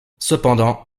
cependant